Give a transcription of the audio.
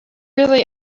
really